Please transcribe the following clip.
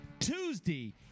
tuesday